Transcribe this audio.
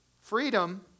Freedom